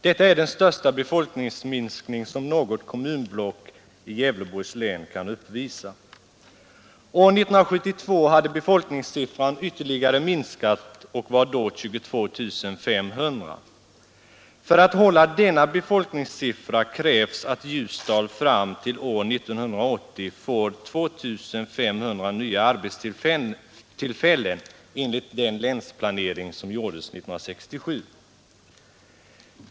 Detta är den största befolkningsminskning som något kommunblock i Gävleborgs län kan uppvisa. År 1972 hade befolkningssiffran ytterligare minskat och var då 22 500. För att hålla denna befolkningssiffra krävs att Ljusdal fram till år 1980 får 2500 nya arbetstillfällen enligt den länsplanering som gjordes 1967.